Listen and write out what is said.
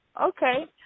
Okay